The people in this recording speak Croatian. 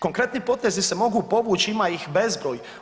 Konkretni potezi se mogu povući ima ih bezbroj.